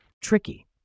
Tricky